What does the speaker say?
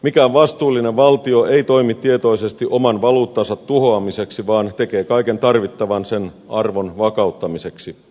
mikään vastuullinen valtio ei toimi tietoisesti oman valuuttansa tuhoamiseksi vaan tekee kaiken tarvittavan sen arvon vakauttamiseksi